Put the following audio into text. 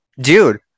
dude